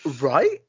Right